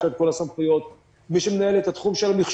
יש לה את כל הסמכויות; מי שמנהל את התחום של המחשוב,